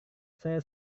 saya